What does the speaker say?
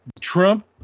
Trump